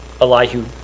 elihu